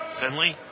Finley